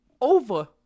over